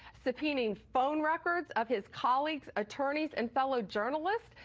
subpoenaing phone records of his colleagues, attorneys and fellow journalists,